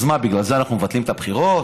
אז מה, בגלל זה אנחנו מבטלים את הבחירות?